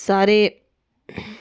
सारे